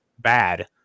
bad